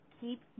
keep